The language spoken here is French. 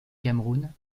cameroun